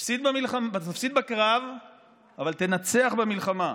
תפסיד בקרב אבל תנצח במלחמה.